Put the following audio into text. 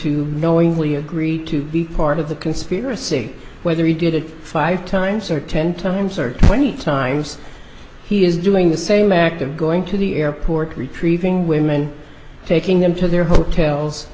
to knowingly agreed to be part of the conspiracy whether he did it five times or ten times or twenty times he is doing the same act of going to the airport retrieving women taking them to their hotels